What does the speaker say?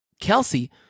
Kelsey